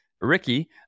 Ricky